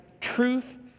truth